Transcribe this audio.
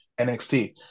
NXT